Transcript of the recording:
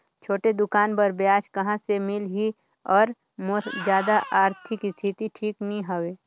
छोटे दुकान बर ब्याज कहा से मिल ही और मोर जादा आरथिक स्थिति ठीक नी हवे?